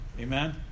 Amen